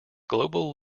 global